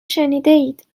شنیدهاید